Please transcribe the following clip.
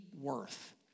worth